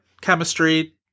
chemistry